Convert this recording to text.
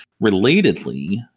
relatedly